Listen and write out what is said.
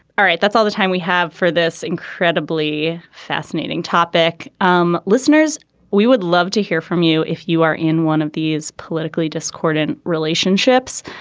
all right. that's all the time we have for this incredibly fascinating topic. um listeners we would love to hear from you if you are in one of these politically discordant relationships.